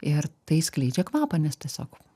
ir tai skleidžia kvapą nes tiesiog